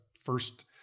first